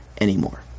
anymore